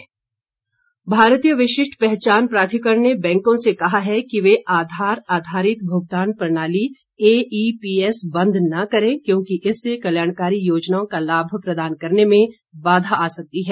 आधार भारतीय विशिष्ट पहचान प्राधिकरण ने बैंकों से कहा है कि वे आधार आधारित भुगतान प्रणाली ए ई पी एस बंद न करें क्योंकि इससे कल्याणकारी योजनाओं का लाभ प्रदान करने में बाधा आ सकती है